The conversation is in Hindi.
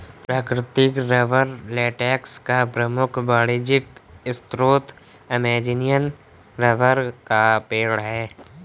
प्राकृतिक रबर लेटेक्स का प्रमुख वाणिज्यिक स्रोत अमेज़ॅनियन रबर का पेड़ है